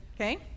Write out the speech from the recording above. okay